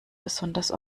besonders